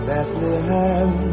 Bethlehem